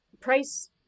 Price